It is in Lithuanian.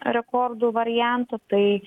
rekordų variantų tai